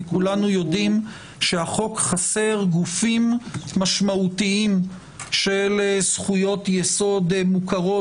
כולנו יודעים שהחוק חסר גופים משמעותיים של זכויות יסוד מוכרות,